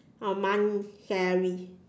uh money salaries